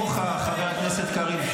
חבר הכנסת קריב,